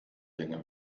dinge